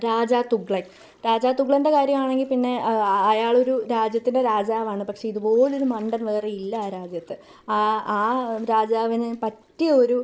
രാജാ തുഗ്ളന് രാജാ തുഗ്ളന്റെ കാര്യമാണെങ്കിൽ പിന്നെ അയാൾ ഒരു രാജ്യത്തിന്റെ രാജാവാണ് പക്ഷേ ഇതുപോലെ ഒരു മണ്ടന് വേറെ ഇല്ല രാജ്യത്ത് ആ ആ രാജാവിന് പറ്റിയ ഒരു